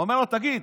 אומר לו: תגיד,